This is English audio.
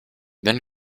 then